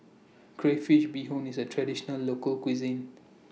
Crayfish Beehoon IS A Traditional Local Cuisine